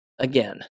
Again